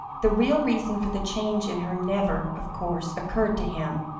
the real reason for the change in her never, of course, occurred to him.